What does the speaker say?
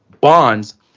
bonds